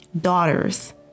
Daughters